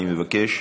אני מבקש,